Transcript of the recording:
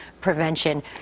prevention